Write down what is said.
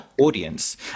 audience